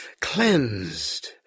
cleansed